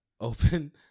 open